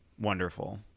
wonderful